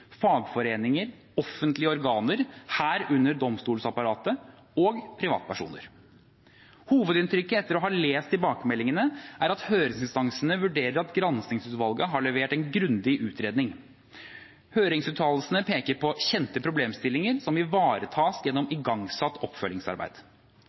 fagforeninger, offentlige organer, herunder domstolsapparatet, og privatpersoner. Hovedinntrykket etter å ha lest tilbakemeldingene er at høringsinstansene vurderer at granskingsutvalget har levert en grundig utredning. Høringsuttalelsene peker på kjente problemstillinger som ivaretas gjennom